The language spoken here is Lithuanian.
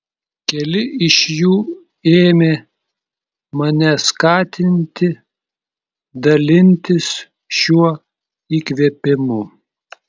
keli iš jų ėmė mane skatinti dalintis šiuo įkvėpimu